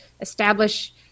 establish